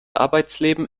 arbeitsleben